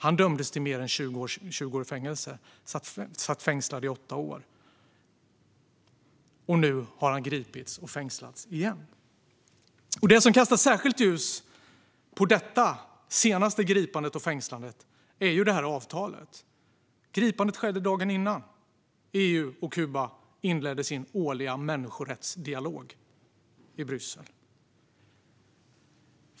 Han dömdes till mer än 20 års fängelse och satt fängslad i 8 år. Och nu har han gripits och fängslats igen. Det som kastar särskilt ljus på detta senaste gripande och fängslande är ju det här avtalet. Gripandet skedde dagen innan EU och Kuba inledde sin årliga människorättsdialog i Bryssel.